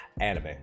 Anime